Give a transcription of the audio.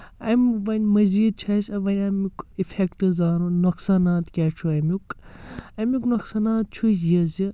اَمہِ وَنۍ مٔزیٖد چھُ اَسہِ وَنۍ امیُک اِفیکٹٕز آنُن نۄقصانات کیاہ چھُ اَمیُک اَمیُک نۄقصانات چھُ یہِ زِ